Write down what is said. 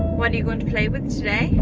what are you going to play with today